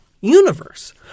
universe